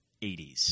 80s